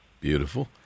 Beautiful